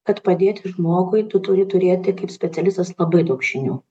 kad padėti žmogui tu turi turėti kaip specialistas labai daug žinių